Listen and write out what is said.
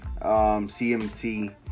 CMC